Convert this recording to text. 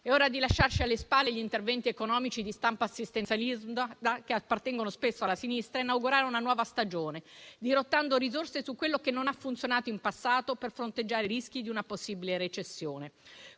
È ora di lasciarci alle spalle gli interventi economici di stampo assistenzialista che appartengono spesso alla sinistra e inaugurare una nuova stagione, dirottando risorse su quello che non ha funzionato in passato per fronteggiare i rischi di una possibile recessione.